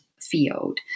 field